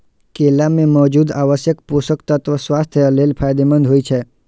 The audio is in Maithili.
केला मे मौजूद आवश्यक पोषक तत्व स्वास्थ्य लेल फायदेमंद होइ छै